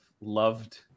loved